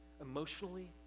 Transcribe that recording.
emotionally